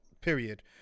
period